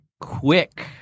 quick